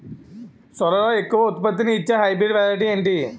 సోరలో ఎక్కువ ఉత్పత్తిని ఇచే హైబ్రిడ్ వెరైటీ ఏంటి?